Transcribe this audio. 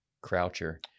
croucher